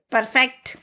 Perfect